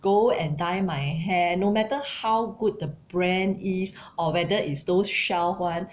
go and dye my hair no matter how good the brand is or whether it's those shelf [one]